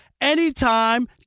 anytime